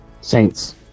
Saints